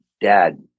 Dad